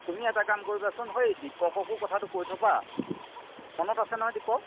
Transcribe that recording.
তুমি এটা কাম কৰিবাচোন সৈ দীপককো কথাটো কৈ থবা মনত আছে নহয় দীপক